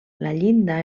llinda